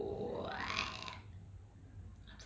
if you